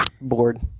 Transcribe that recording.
Bored